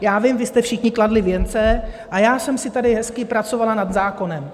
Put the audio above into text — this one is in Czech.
Já vím, vy jste všichni kladli věnce, a já jsem si tady hezky pracovala nad zákonem.